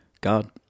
god